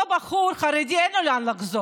אותו בחור חרדי, אין לו לאן לחזור.